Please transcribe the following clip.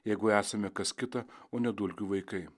jeigu esame kas kita o ne dulkių vaikai